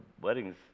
weddings